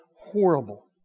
horrible